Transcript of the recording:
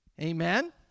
Amen